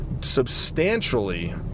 substantially